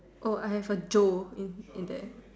oh I have a Joe in in there